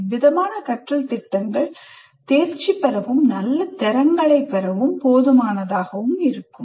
இவ்விதமான கற்றல் திட்டங்கள் தேர்ச்சி பெறவும் நல்ல தரங்களைப் பெறவும் போதுமானதாக இருக்கும்